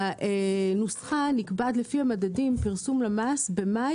הנוסחה נקבעת לפי המדדים פרסום למ"ס במאי,